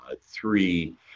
three